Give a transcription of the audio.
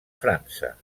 frança